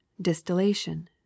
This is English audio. distillation